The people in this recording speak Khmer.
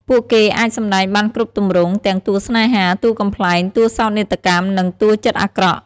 ពួកគេអាចសម្តែងបានគ្រប់ទម្រង់ ទាំងតួស្នេហា តួកំប្លែង តួសោកនាដកម្ម និងតួចិត្តអាក្រក់។